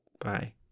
Bye